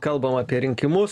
kalbam apie rinkimus